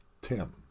tim